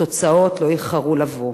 התוצאות לא איחרו לבוא,